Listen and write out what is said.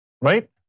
Right